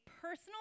personal